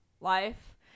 life